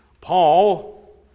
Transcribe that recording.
Paul